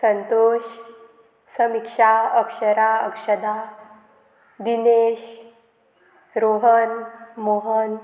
Santosh Samiksha Akshara Akshada Dinesh Rohan Mohan